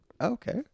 Okay